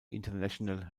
international